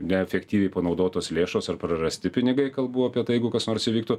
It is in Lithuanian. neefektyviai panaudotos lėšos ar prarasti pinigai kalbu apie tai jeigu kas nors įvyktų